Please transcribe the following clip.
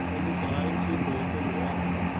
and designed to live in water.